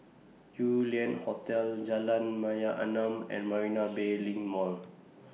Yew Lian Hotel Jalan Mayaanam and Marina Bay LINK Mall